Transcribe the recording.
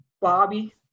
Bobby